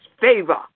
favor